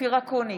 אופיר אקוניס,